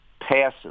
passive